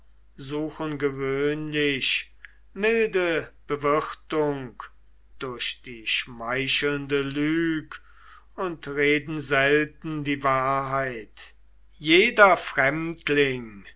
suchen gewöhnlich milde bewirtung durch die schmeichelnde lüg und reden selten die wahrheit jeder fremdling